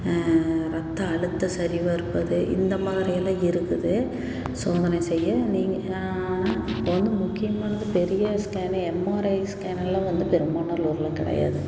இரத்த அழுத்த சரி பார்ப்பது இந்த மாதிரியெல்லாம் இருக்குது சோதனை செய்ய நீங்கள் ஒன்று முக்கியமானது பெரிய ஸ்கேனனை எம்ஆர்ஐ ஸ்கேன் எல்லாம் வந்து பெருமாநல்லூர்ல கிடையாது